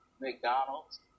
McDonald's